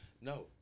No